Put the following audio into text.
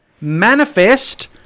manifest